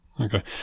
Okay